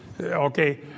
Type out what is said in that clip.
Okay